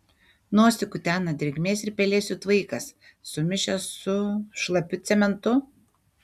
nosį kutena drėgmės ir pelėsių tvaikas sumišęs su šlapiu cementu